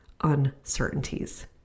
uncertainties